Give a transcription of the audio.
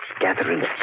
gathering